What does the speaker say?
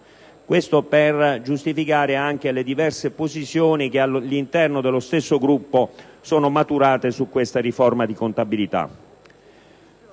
Questo anche per giustificare le diverse posizioni che all'interno dello stesso Gruppo sono maturate su questa riforma di contabilità.